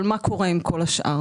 אבל מה קורה עם כל השאר?